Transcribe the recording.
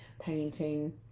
painting